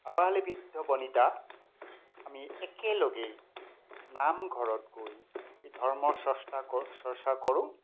আবাল বৃদ্ধ বনিতা আমি একেলগেই নামঘৰত গৈ ধৰ্মৰ স্ৰষ্টা চৰ্চা কৰোঁ